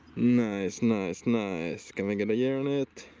nice nice nice. can we get a year on it?